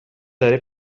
داره